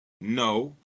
no